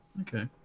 Okay